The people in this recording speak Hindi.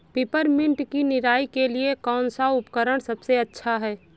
पिपरमिंट की निराई के लिए कौन सा उपकरण सबसे अच्छा है?